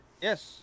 yes